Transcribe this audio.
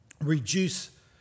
Reduce